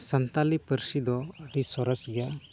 ᱥᱟᱱᱛᱟᱞᱤ ᱯᱟᱹᱨᱥᱤ ᱫᱚ ᱟᱹᱰᱤ ᱥᱚᱨᱮᱥ ᱜᱮᱭᱟ